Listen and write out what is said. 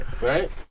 right